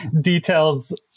details